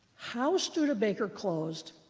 how studebaker closed,